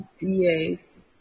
yes